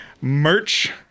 merch